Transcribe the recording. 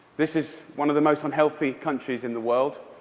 this is one of the most unhealthy countries in the world.